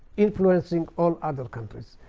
influencing all other countries.